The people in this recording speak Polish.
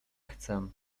chcę